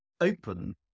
open